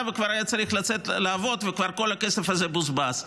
וכבר היה צריך לצאת לעבוד וכבר כל הכסף הזה בוזבז.